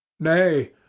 nay